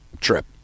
trip